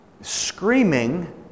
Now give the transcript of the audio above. screaming